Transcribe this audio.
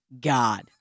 God